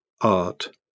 art